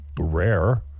rare